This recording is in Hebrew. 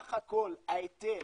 שסך הכול ההיטל,